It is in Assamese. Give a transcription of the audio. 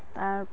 তাৰ